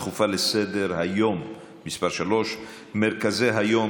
הצעות דחופות לסדר-היום בנושא: מרכזי היום